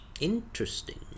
Interesting